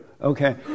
Okay